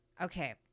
Okay